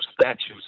statues